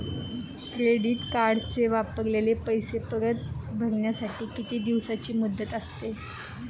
Credit कार्डचे वापरलेले पैसे परत भरण्यासाठी किती दिवसांची मुदत असते?